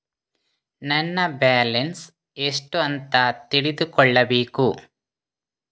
ನನ್ನ ಬ್ಯಾಲೆನ್ಸ್ ಎಷ್ಟು ಅಂತ ತಿಳಿದುಕೊಳ್ಳಬೇಕು?